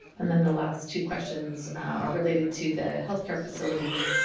and then the last two questions are related to the health care facilities.